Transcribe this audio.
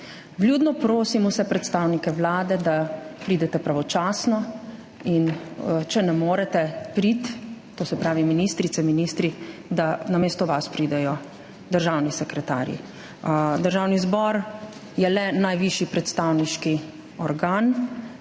Vljudno prosim vse predstavnike Vlade, da pridete pravočasno, če ne morete priti, to se pravi ministrice, ministri, da namesto vas pridejo državni sekretarji. Državni zbor je le najvišji predstavniški organ